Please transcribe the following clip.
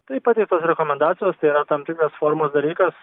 tai pateiktos rekomendacijos tai yra tam tikras formos dalykas